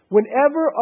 Whenever